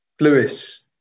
Lewis